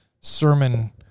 sermon